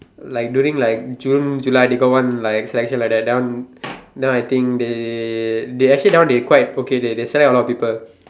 like during like June July they got one like selection like that one that one I think they they actually now they quite okay they they select a lot of people